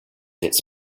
its